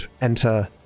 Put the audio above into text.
enter